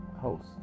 host